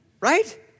right